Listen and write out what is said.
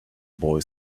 boy